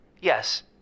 Yes